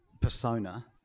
persona